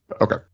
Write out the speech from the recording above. okay